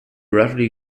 roughly